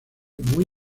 muy